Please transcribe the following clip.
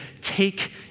take